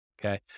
Okay